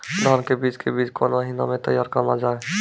धान के बीज के बीच कौन महीना मैं तैयार करना जाए?